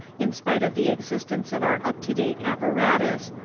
in spite of the existence of our up-to-date apparatus,